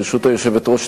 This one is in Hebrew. ברשות היושבת-ראש,